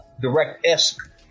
Direct-esque